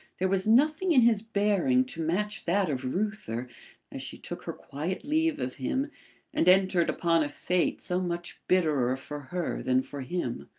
there was nothing in his bearing to match that of reuther as she took her quiet leave of him and entered upon a fate so much bitterer for her than for him.